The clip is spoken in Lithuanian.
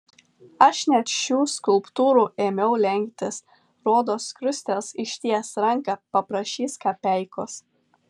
aš net šių skulptūrų ėmiau lenktis rodos krustels išties ranką paprašys kapeikos